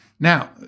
Now